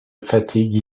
fatigues